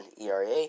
ERA